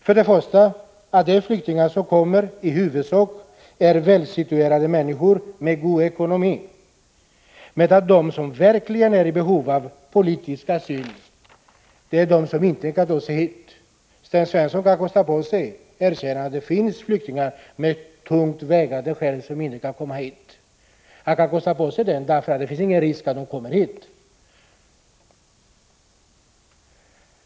För det första sägs att de flyktingar som kommer i huvudsak är välsituerade människor med god ekonomi, medan de som verkligen är i behov av politisk asyl är de som inte kan ta sig hit. Sten Svensson kan kosta på sig erkännandet att det finns flyktingar med tungt vägande skäl, som inte kan komma hit — just därför att det inte finns någon risk att de kommer hit.